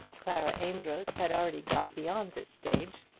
clara amedroz had already got beyond this stage,